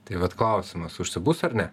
tai vat klausimas užsibus ar ne